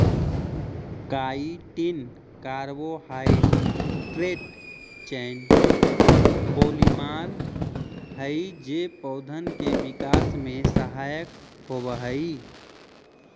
chitin carbohydrate chain polymer हई जे पौधन के विकास में सहायक होवऽ हई